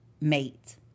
mate